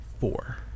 Four